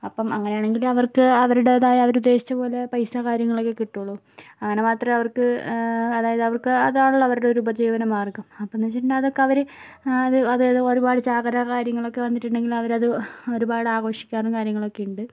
അപ്പം അങ്ങനെയാണെങ്കിൽ അവർക്ക് അവരുടെതായ അവര് ഉദ്ദേശിച്ച പോലെ പൈസ കാര്യങ്ങളൊക്കെ കിട്ടുകയുള്ളൂ അങ്ങനെ മാത്രമേ അവർക്ക് അതായത് അവർക്ക് അതാണല്ലോ അവരുടെ ഒരു ഉപജീവനമാർഗ്ഗം അപ്പോന്ന് വച്ചിട്ടുണ്ടെങ്കിൽ അതൊക്കെ അവര് അതായത് ഒരുപാട് ചാകര കാര്യങ്ങളൊക്കെ വന്നിട്ടുണ്ടെങ്കിൽ അവരത് ഒരുപാട് ആഘോഷിക്കാറും കാര്യങ്ങളൊക്കെയുണ്ട്